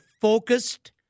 focused